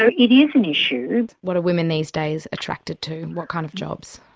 so it is an issue. what are women these days attracted to? what kinds of jobs?